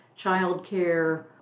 childcare